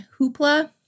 Hoopla